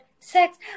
Sex